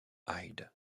hyde